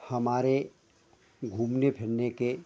हमारे घूमने फिरने के